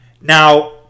now